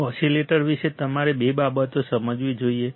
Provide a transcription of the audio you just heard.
oscillator વિશે તમારે બે બાબતો સમજવી જોઈએ